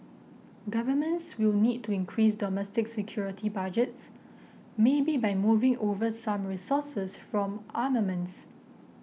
governments will need to increase domestic security budgets maybe by moving over some resources from armaments